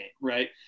right